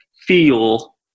feel